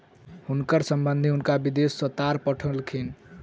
हुनकर संबंधि हुनका विदेश सॅ तार पठौलखिन